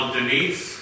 Denise